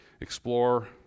explore